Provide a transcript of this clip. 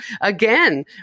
again